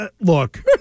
look